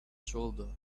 shoulder